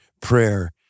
prayer